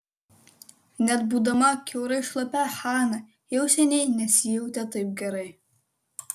net būdama kiaurai šlapia hana jau seniai nesijautė taip gerai